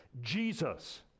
Jesus